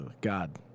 God